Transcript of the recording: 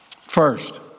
First